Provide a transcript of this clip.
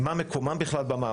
ועל מהו מקומן במעבדה.